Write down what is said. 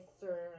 sir